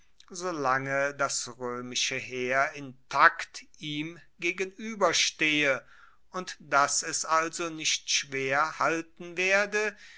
solange das roemische heer intakt ihm gegenueberstehe und dass es also nicht schwer halten werde